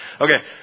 Okay